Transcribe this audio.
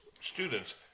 students